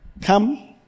come